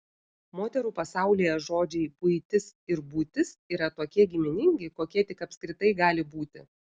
moterų pasaulyje žodžiai buitis ir būtis yra tokie giminingi kokie tik apskritai gali būti